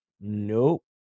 Nope